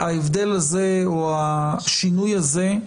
וההבדל הזה או השינוי הזה,